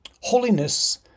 Holiness